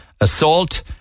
assault